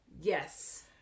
Yes